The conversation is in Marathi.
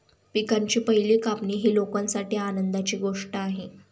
पिकांची पहिली कापणी ही लोकांसाठी आनंदाची गोष्ट आहे